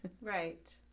right